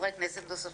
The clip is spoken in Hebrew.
חברי כנסת נוספים.